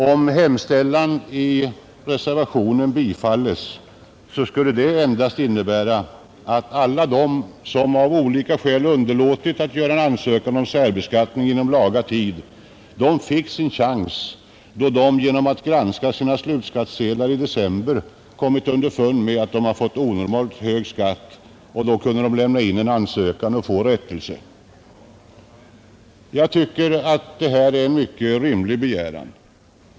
Om reservationens hemställan bifalles, skulle det endast innebära att alla de, som av olika skäl underlåtit att göra ansökan om särbeskattning inom nu gällande laga tid, finge en chans att, sedan de granskat sina slutskattesedlar i december och kommit underfund med att de fått onormalt hög skatt, då kunna lämna in ansökan om särbeskattning och få rättelse. Jag tycker att detta är en mycket rimlig begäran.